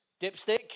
dipstick